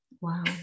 wow